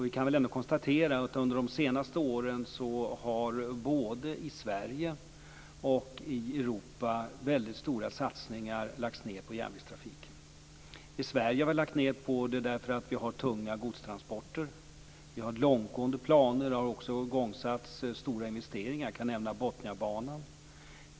Vi kan ändå konstatera att under de senaste åren har både i Sverige och i Europa väldigt stora satsningar gjorts på järnvägstrafiken. I Sverige har vi satsat på det därför att vi har tunga godstransporter. Vi har långtgående planer, och det har också igångsatts stora investeringar. Jag kan nämna Botniabanan.